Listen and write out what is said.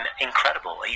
Incredible